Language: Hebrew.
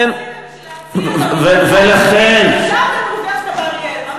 כדי להציל הכשרתם אוניברסיטה באריאל.